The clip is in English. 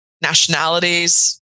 nationalities